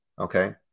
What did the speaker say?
Okay